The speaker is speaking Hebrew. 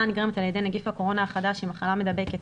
נגרמת על ידי נגיף הקורונה החדש היא מחלה מדבקת,